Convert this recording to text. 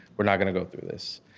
we're not going to go through this.